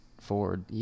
Ford